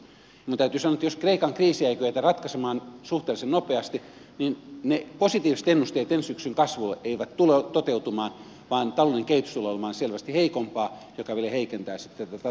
minun täytyy sanoa että jos kreikan kriisiä ei kyetä ratkaisemaan suhteellisen nopeasti niin positiiviset ennusteet ensi syksyn kasvulle eivät tule toteutumaan vaan taloudellinen kehitys tulee olemaan selvästi heikompaa mikä vielä heikentää sitten tätä tasapainoa